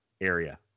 area